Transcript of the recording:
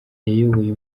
yayoboye